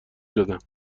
دادم